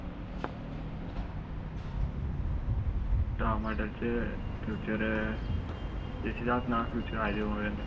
top model च features मद features आये दे होन